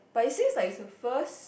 but it seems like it's her first